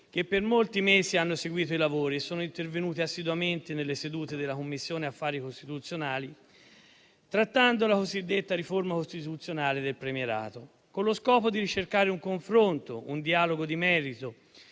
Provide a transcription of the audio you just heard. che per molti mesi hanno seguito i lavori e sono intervenuti assiduamente nelle sedute della Commissione affari costituzionali, trattando la cosiddetta riforma costituzionale del premierato, con lo scopo di ricercare un confronto, un dialogo di merito